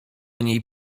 niej